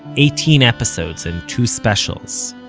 eighteen episodes and two specials.